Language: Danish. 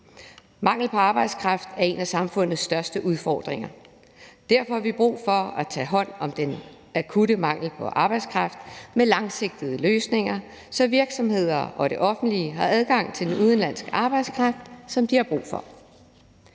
Mangel på arbejdskraft er en af samfundets største udfordringer, og derfor har vi brug for at tage hånd om den akutte mangel på arbejdskraft med langsigtede løsninger, så virksomheder og det offentlige har adgang til den udenlandske arbejdskraft, som de har brug for.